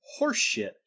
horseshit